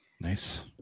Nice